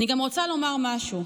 אני גם רוצה לומר משהו: